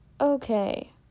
Okay